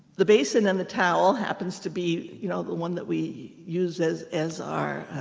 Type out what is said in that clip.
the basin and the towel happens to be you know the one that we use as as our